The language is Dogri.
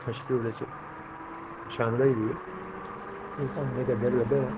अट्ठमें शड्यूल च शामल होई दी ऐ